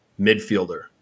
midfielder